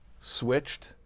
switched